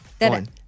One